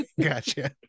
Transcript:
gotcha